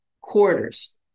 quarters